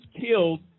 killed